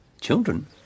Children